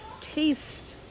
taste